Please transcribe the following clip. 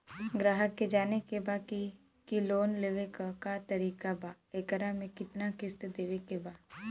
ग्राहक के जाने के बा की की लोन लेवे क का तरीका बा एकरा में कितना किस्त देवे के बा?